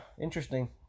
interesting